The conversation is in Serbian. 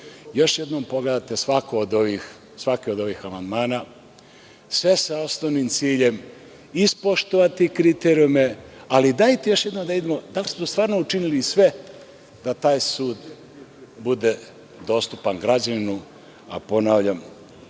još jednom pogledate svaki od ovih amandmana, sve sa osnovnim ciljem, ispoštovati kriterijume. Ali, dajte da još jednom vidimo da li smo učinili sve da taj sud bude dostupan građaninu, a ponavljam,